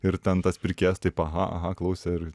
ir ten tas pirkėjas taip aha aha klausė ir